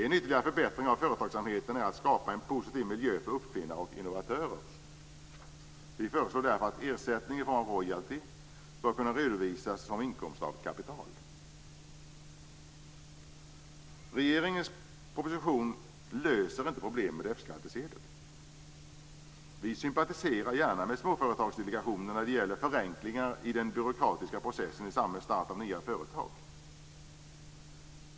En ytterligare förbättring av företagsamheten är att skapa en positiv miljö för uppfinnare och innovatörer. Vi föreslår därför att ersättning i form av royalty bör kunna redovisas som inkomst av kapital. Regeringens proposition löser inte problemen med F-skattsedeln. Vi sympatiserar gärna med Småföretagsdelegationen när det gäller förenklingar i den byråkratiska processen i samband med start av nya företag.